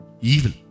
Evil